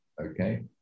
okay